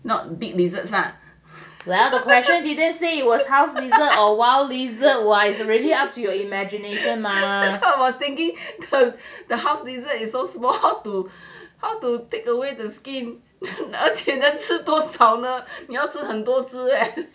well the question you didn't say it was house lizard or wild lizard mah it is really up to your imagination mah